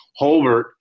Holbert